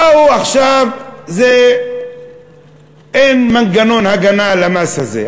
באו עכשיו, אין מנגנון הגנה למס הזה.